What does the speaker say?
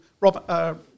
Rob